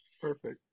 perfect